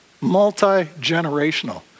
Multi-generational